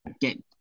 Get